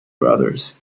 brothers